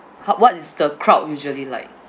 how what is the crowd usually like